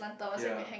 ya